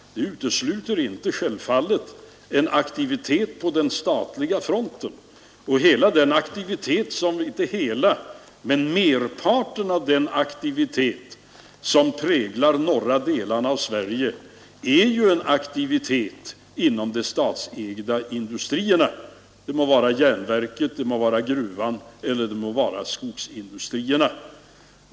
Det utesluter självfallet inte en aktivitet på den statliga fronten, och merparten av den aktivitet som präglar norra delen av Sverige är ju en aktivitet inom de statsägda industrierna, det må vara järnverket, gruvorna eller skogsindustrierna.